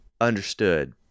Understood